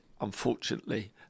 unfortunately